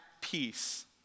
peace